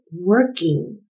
working